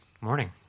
Morning